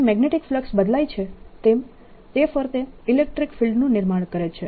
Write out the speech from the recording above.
જેમ magnetic flux બદલાય છે તેમ તે ફરતે ઇલેક્ટ્રીક ફિલ્ડનું નિર્માણ કરે છે